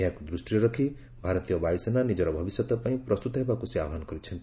ଏହାକୁ ଦୃଷ୍ଟିରେ ରଖି ଭାରତୀୟ ବାୟୁସେନା ନିଜର ଭବିଷ୍ୟତ ପାଇଁ ପ୍ରସ୍ତୁତ ହେବାକୁ ସେ ଆହ୍ୱାନ କରିଛନ୍ତି